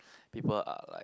people are like